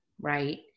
right